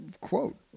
quote